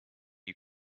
you